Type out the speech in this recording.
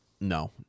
no